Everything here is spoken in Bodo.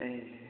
ए